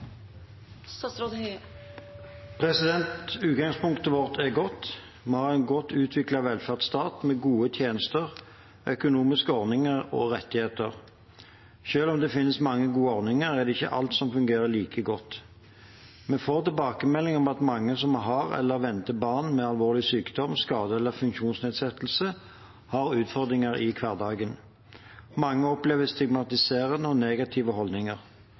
godt. Vi har en godt utviklet velferdsstat, med gode tjenester, økonomiske ordninger og rettigheter. Men selv om det finnes mange gode ordninger, er det ikke alt som fungerer like godt. Vi får tilbakemeldinger om at mange som har eller venter barn med alvorlig sykdom, skade eller funksjonsnedsettelse, har utfordringer i hverdagen. Mange opplever stigmatiserende og negative holdninger.